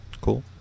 Cool